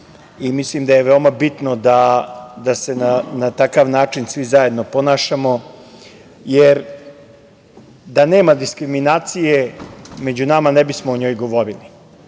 i mislim da je veoma bitno da se na takav način svi zajedno ponašamo, jer da nema diskriminacije među nama ne bismo o njoj govorili.